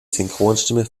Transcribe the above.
synchronstimme